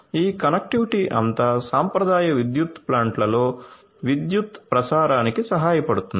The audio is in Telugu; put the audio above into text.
ఈ కనెక్టివిటీ అంతా సాంప్రదాయ విద్యుత్ ప్లాంట్లో విద్యుత్ ప్రసారానికి సహాయపడుతుంది